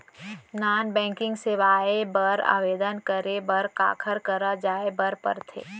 non banking सेवाएं बर आवेदन करे बर काखर करा जाए बर परथे